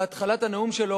בהתחלת הנאום שלו,